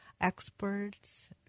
experts